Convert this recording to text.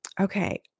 Okay